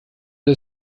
der